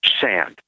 sand